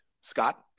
Scott